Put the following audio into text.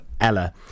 Ella